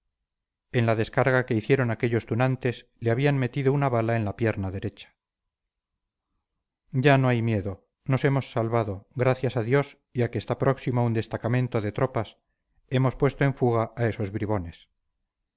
en la descarga que hicieron aquellos tunantes le habían metido una bala en la pierna derecha ya no hay miedo nos hemos salvado gracias a dios y a que está próximo un destacamento de tropas hemos puesto en fuga a esos bribones